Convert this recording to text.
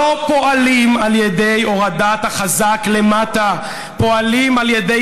הפערים הכי גדולים בעולם המערבי, אדוני.